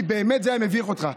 כי באמת זה היה מביך אותך,